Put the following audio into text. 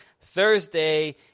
Thursday